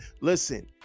listen